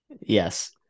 Yes